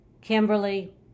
Kimberly